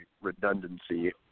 redundancy